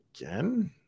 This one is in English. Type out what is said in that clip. again